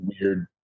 weird